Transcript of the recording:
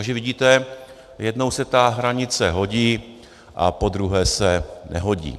Takže vidíte, jednou se ta hranice hodí a podruhé se nehodí.